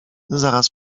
zaraz